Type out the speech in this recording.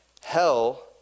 Hell